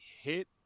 hit